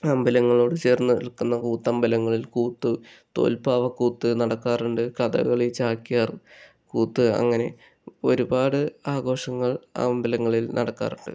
അമ്പലങ്ങളോട് ചേർന്ന് നിൽക്കുന്ന കൂത്തമ്പലങ്ങളിൽ കൂത്ത് തോല്പാവക്കൂത് നടക്കാറുണ്ട് കഥകളി ചാക്ക്യാർ കൂത്ത് അങ്ങനെ ഒരുപാട് ആഘോഷങ്ങൾ അമ്പലങ്ങളിൽ നടക്കാറുണ്ട്